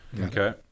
Okay